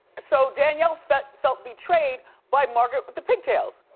so danielle felt felt betrayed by margaret with the pigtails.